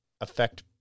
affect